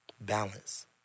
balance